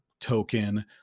token